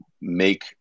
make